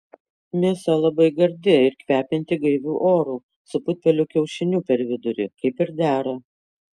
mėsa labai gardi ir kvepianti gaiviu oru su putpelių kiaušiniu per vidurį kaip ir dera